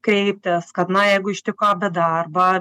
kreiptis kad na jeigu ištiko bėda arba